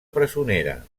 presonera